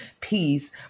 peace